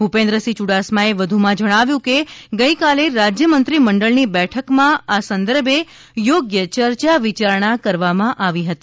ભૂપેન્દ્રસિંહ યુડાસમાએ જણાવ્યું કે ગઈકાલે રાજ્યમંત્રીમંડળની બેઠકમાં આ સંદર્ભ યોગ્ય ચર્ચા વિચારણા કરવામાં આવી હતી